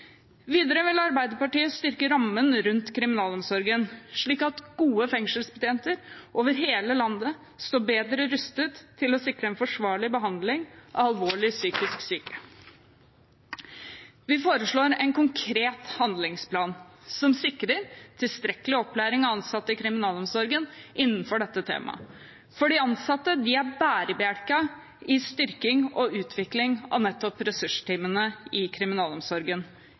Videre vil Arbeiderpartiet styrke rammen rundt kriminalomsorgen, slik at gode fengselsbetjenter over hele landet står bedre rustet til å sikre en forsvarlig behandling av alvorlig psykisk syke. Vi foreslår en konkret handlingsplan som sikrer tilstrekkelig opplæring av ansatte i kriminalomsorgen innenfor dette temaet, for de ansatte er bærebjelken i styrking og utvikling av nettopp ressursteamene i kriminalomsorgen.